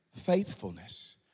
faithfulness